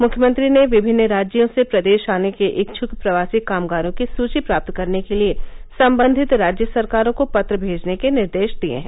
मुख्यमंत्री ने विभिन्न राज्यों से प्रदेश आने के इच्छक प्रवासी कामगारों की सची प्राप्त करने के लिए संबंधित राज्य सरकारों को पत्र भेजने के निर्देश दिए हैं